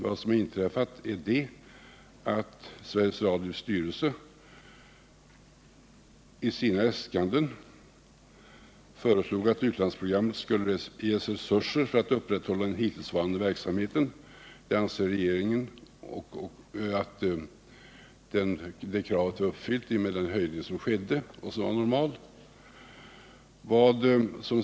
Vad som inträffat är att Sveriges Radios styrelse i sina äskanden föreslog att utlandsprogrammet skulle ges resurser för att upprätthålla den hittillsvarande verksamheten. Regeringen ansåg att detta krav blivit uppfyllt med den höjning som skedde och som var normal.